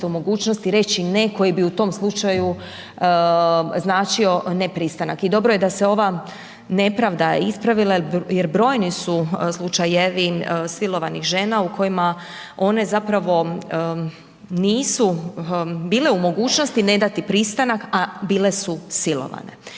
u mogućnosti reći ne koji bi u tom slučaju značio ne pristanak i dobro je da se ova nepravda ispravila jer brojni su slučajevi silovanih žena u kojima one zapravo nisu bile u mogućnosti ne dati pristanak, a bile su silovane